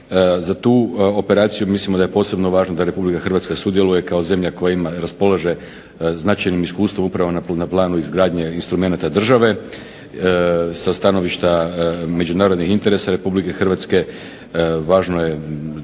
Za tu operaciju mislimo da je posebno važno da RH sudjeluje kao zemlja koja ima i raspolaže značajnim iskustvom upravo na planu izgradnje instrumenata države. Sa stanovišta međunarodnih interesa RH važno je